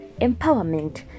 empowerment